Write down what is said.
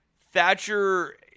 Thatcher